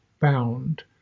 bound